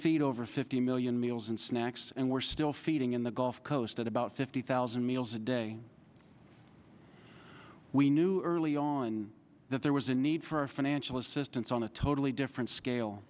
feed over fifty million meals and snacks and were still feeding in the gulf coast at about fifty thousand meals a day we knew early on that there was a need for financial assistance on a totally different scale